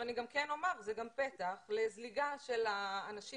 אני אומר שזה גם פתח לזליגה של האנשים